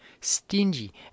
stingy